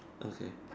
okay